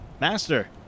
Master